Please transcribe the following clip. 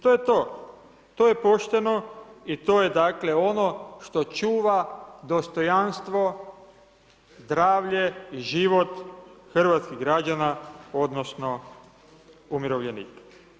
To je to, to je pošteno i to je dakle ono što čuva dostojanstvo, zdravlje i život hrvatskih građana, odnosno, umirovljenika.